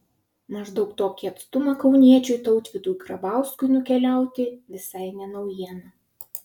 maždaug tokį atstumą kauniečiui tautvydui grabauskui nukeliauti visai ne naujiena